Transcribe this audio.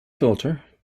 filter